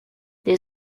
des